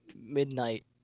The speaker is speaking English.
midnight